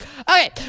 okay